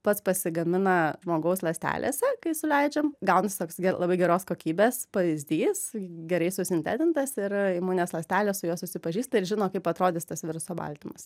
pats pasigamina žmogaus ląstelėse kai suleidžiam gaunas toks labai geros kokybės pavyzdys gerai susintetintas ir imuninės ląstelės su juo susipažįsta ir žino kaip atrodys tas viruso baltymas